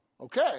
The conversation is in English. Okay